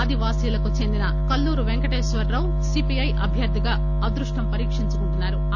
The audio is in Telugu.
ఆదివాసీలకు చెందిన కల్లూరు వెంకటేశ్వరరావు సీపీఐ అభ్యర్థిగా అదృష్టం పరీక్షించుకుంటున్నా రు